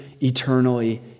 eternally